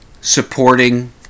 supporting